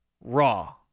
Raw